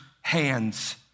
hands